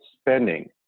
spending